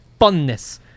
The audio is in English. funness